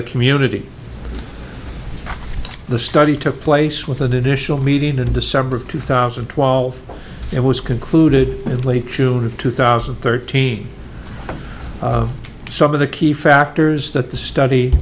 the community the study took place with an initial meeting in december of two thousand and twelve it was concluded late june two thousand and thirteen some of the key factors that the study